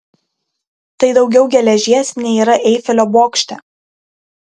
tai daugiau geležies nei yra eifelio bokšte